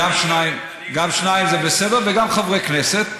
גם שניים זה בסדר, וגם חברי כנסת.